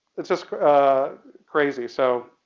it's just crazy, so.